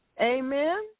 Amen